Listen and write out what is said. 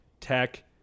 Tech